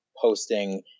posting